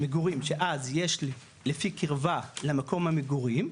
מגורים שאז יש לי לפי קירבה למקום המגורים,